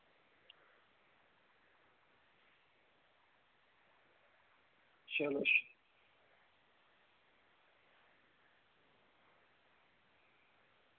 चलो जी